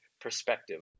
perspective